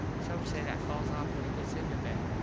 some says that falls off when he gets into bed.